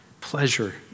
pleasure